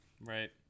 right